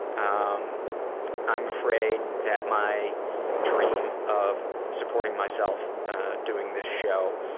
um i'm afraid that my dream of supporting myself doing this show